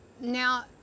now